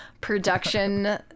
production